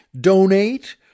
donate